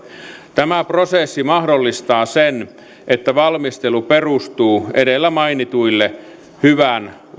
tämä prosessi mahdollistaa sen että valmistelu perustuu edellä mainituille hyvän